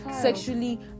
Sexually